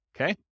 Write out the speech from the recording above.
Okay